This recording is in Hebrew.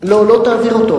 לא פה,